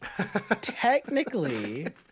technically